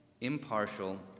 impartial